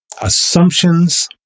Assumptions